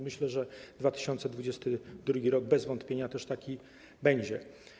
Myślę, że 2022 r. bez wątpienia też taki będzie.